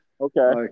okay